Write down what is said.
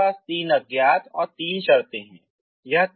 अब मेरे पास तीन अज्ञात और तीन शर्तें हैं